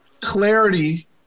clarity